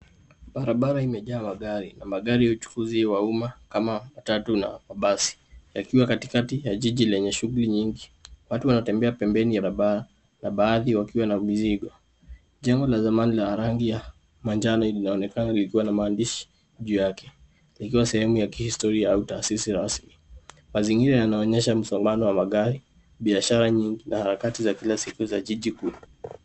Barabara imejaa magari na magari ya uchukuzi wa umma kama matatu na mabasi yakiwa katikati ya jiji lenye shughuli nyingi. Watu wanatembea pembeni ya barabara na baadhi wakiwa na mizigo. Jengo la zamani la rangi ya manjano linaonekana likiwa na maandishi juu yake, likiwa sehemu ya kihistoria au taasisi rasmi. Mazingira yanaonyesha msongamano wa magari, biashara nyingi na harakati za kila siku za jiji kuu.